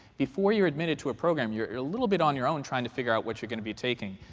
before you're admitted to a program, you're you're a little bit on your own trying to figure out what you're going to be taking.